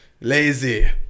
lazy